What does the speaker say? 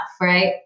right